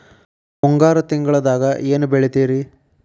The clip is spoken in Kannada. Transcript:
ಮುಂಗಾರು ತಿಂಗಳದಾಗ ಏನ್ ಬೆಳಿತಿರಿ?